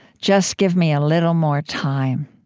just give me a little more time!